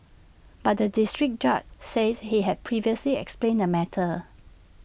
but the District Judge says he had previously explained the matter